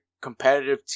competitive